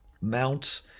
mounts